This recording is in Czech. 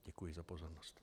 Děkuji za pozornost.